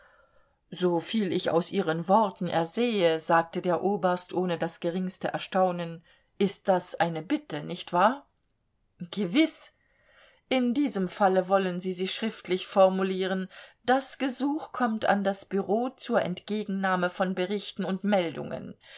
soviel ich aus ihren worten ersehe sagte der oberst ohne das geringste erstaunen ist das eine bitte nicht wahr gewiß in diesem falle wollen sie sie schriftlich formulieren das gesuch kommt an das bureau zur entgegennahme von berichten und meldungen